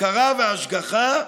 הפקרה והשגחה,